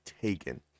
taken